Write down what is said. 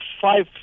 five